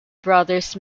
brothers